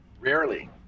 rarely